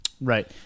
Right